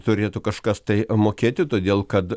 turėtų kažkas tai mokėti todėl kad